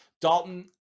Dalton